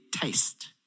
taste